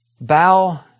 bow